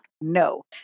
No